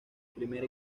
primer